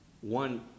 one